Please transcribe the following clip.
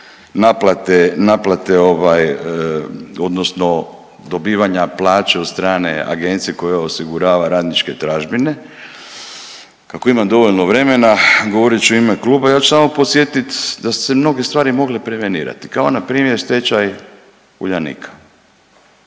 naplate odnosno dobivanje plaće od strane agencije koja osigurava radničke tražbine. Kako imam dovoljno vremena govorit ću u ime kluba, ja ću samo podsjetit da su se mnoge stvari mogle primijeniti kao npr. stečaj Uljanika.